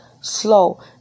slow